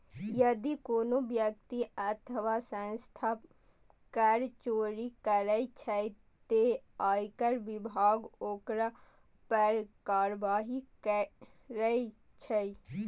यदि कोनो व्यक्ति अथवा संस्था कर चोरी करै छै, ते आयकर विभाग ओकरा पर कार्रवाई करै छै